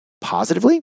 positively